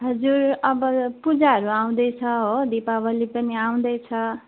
हजुर अब पूजाहरू आउँदैछ हो दीपावली पनि आउँदैछ